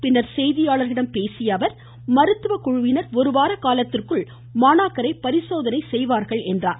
பின்னர் செய்தியாளர்களிடம் பேசிய அவர் மருத்துவக்குழுவினர் ஒருவார காலத்திற்குள் மாணாக்கரை பரிசோதனை செய்வார்கள் என்றார்